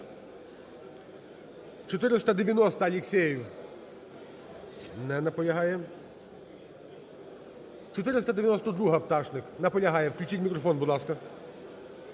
490-а, Алексєєв. Не наполягає. 592-а, Пташник. Наполягає. Включіть мікрофон, будь ласка.